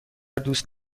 دوست